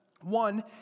one